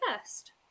first